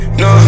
no